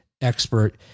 expert